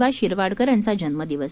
वा शिरवाडकर यांचा जन्म दिवस